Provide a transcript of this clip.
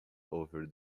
over